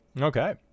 Okay